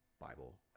Bible